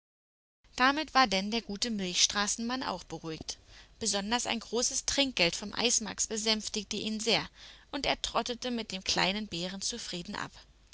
damit war denn der gute milchstraßenmann auch beruhigt besonders ein großes trinkgeld vom eismax besänftigte ihn sehr und er trottete mit dem kleinen bären zufrieden ab